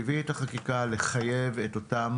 הביא את החקיקה לחייב את אותם